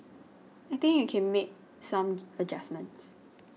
I think you can make some adjustments